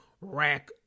rack